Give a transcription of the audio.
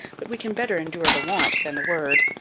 but we can better endure the want than the word.